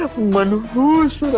one to